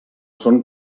són